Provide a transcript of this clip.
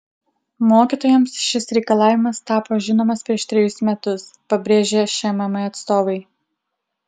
mokytojams šis reikalavimas tapo žinomas prieš trejus metus pabrėžė šmm atstovai